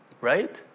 Right